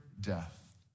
death